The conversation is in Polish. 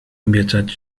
obiecać